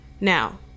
Now